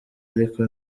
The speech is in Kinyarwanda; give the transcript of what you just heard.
ariko